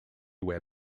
where